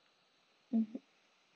mmhmm